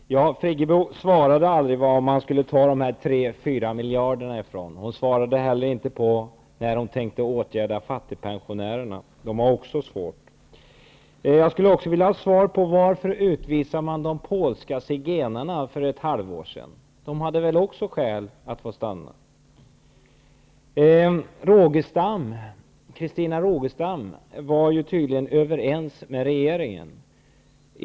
Herr talman! Birgit Friggebo svarade aldrig varifrån man skulle ta de tre fyra miljarderna. Hon svarade inte heller på när situationen för fattigpensionärerna skulle åtgärdas -- de har det också svårt. Jag skulle också vilja ha svar på varför man utvisade de polska zigenarna för ett halvt år sedan. De hade väl också skäl att få stanna. Christina Rogestam var tydligen överens med regeringen.